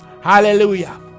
hallelujah